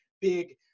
big